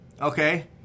okay